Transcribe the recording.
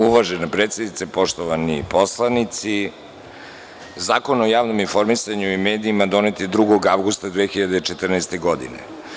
Uvažena predsednice, poštovani poslanici, Zakon o javnom informisanju i medijima donet je 2. avgusta 2014. godine.